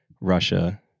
Russia